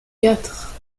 quatre